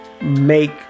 make